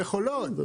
מכולות.